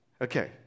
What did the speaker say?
Okay